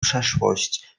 przeszłość